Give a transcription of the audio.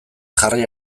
jarri